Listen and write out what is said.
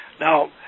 Now